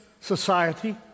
society